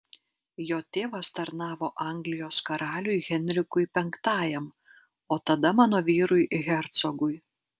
jo tėvas tarnavo anglijos karaliui henrikui v o tada mano vyrui hercogui